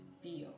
feel